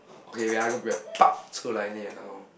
okay wait ah I go grab 拔出来 liao